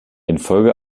infolge